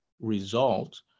result